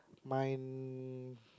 mine